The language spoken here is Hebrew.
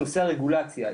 נושא הרגולציה,